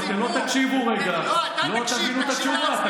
אם אתם לא תקשיבו רגע אתם לא תבינו את התשובה.